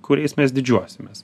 kuriais mes didžiuosimės